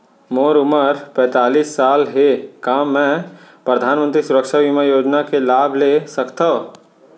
मोर उमर पैंतालीस साल हे का मैं परधानमंतरी सुरक्षा बीमा योजना के लाभ ले सकथव?